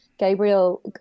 Gabriel